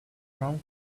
from